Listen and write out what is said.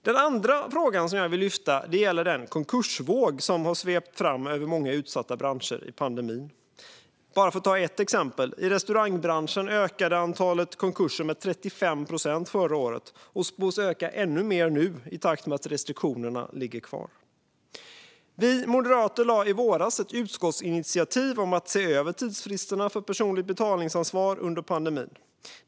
Den andra frågan jag vill lyfta gäller den konkursvåg som har svept fram över många utsatta branscher under pandemin. För att ta ett exempel ökade antalet konkurser i restaurangbranschen med 35 procent förra året, och de spås öka ännu mer nu i takt med att restriktionerna ligger kvar. Vi moderater lade i våras fram ett utskottsinitiativ om att se över tidsfristerna för personligt betalningsansvar under pandemin.